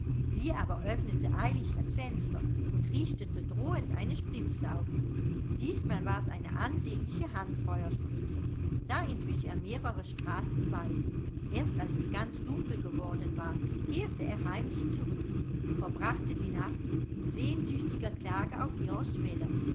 sie aber öffnete eilig das fenster und richtete drohend eine spritze auf ihn diesmal war's eine ansehnliche handfeuerspritze da entwich er mehrere straßen weit erst als es ganz dunkel geworden war kehrte er heimlich zurück und verbrachte die nacht in sehnsüchtiger klage auf ihrer